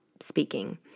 speaking